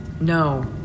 No